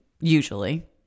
usually